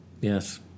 Yes